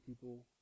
people